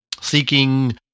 seeking